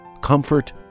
comfort